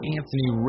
Anthony